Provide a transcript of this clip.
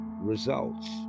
results